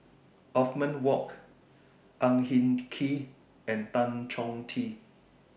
Othman Wok Ang Hin Kee and Tan Chong Tee